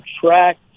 subtract